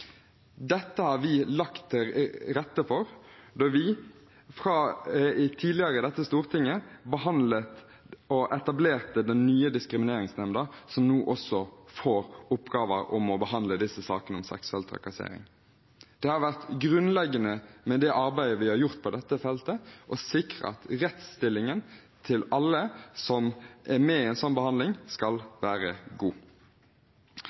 Dette la vi til rette for da vi tidligere i dette stortinget behandlet og etablerte den nye diskrimineringsnemnda, som nå også får oppgaven med behandle sakene om seksuell trakassering. Det har vært grunnleggende med det arbeidet vi har gjort på dette feltet, å sikre at rettsstillingen til alle som er med i en sånn behandling, skal være god.